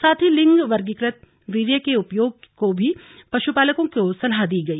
साथ ही लिंग वर्गीकृत वीर्य के उपयोग की भी पशुपालकों को सलाह दी गई